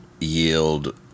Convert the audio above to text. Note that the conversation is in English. yield